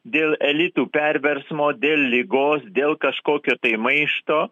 dėl elitų perversmo dėl ligos dėl kažkokio tai maišto